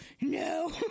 no